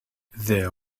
their